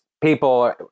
people